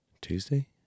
Tuesday